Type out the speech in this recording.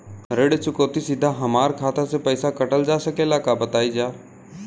ऋण चुकौती सीधा हमार खाता से पैसा कटल जा सकेला का बताई जा?